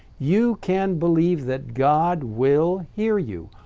you can believe that god will hear you.